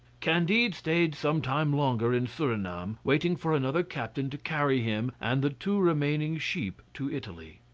candide stayed some time longer in surinam, waiting for another captain to carry him and the two remaining sheep to italy.